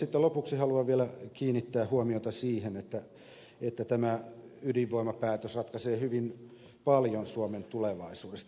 sitten lopuksi haluan vielä kiinnittää huomiota siihen että tämä ydinvoimapäätös ratkaisee hyvin paljon suomen tulevaisuudesta